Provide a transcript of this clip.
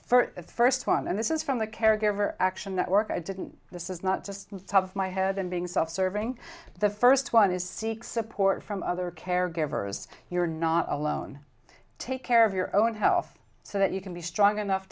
for the first one and this is from the caregiver action network i didn't this is not just the top of my head and being self serving the first one is seek support from other caregivers you're not alone take care of your own health so that you can be strong enough